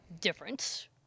different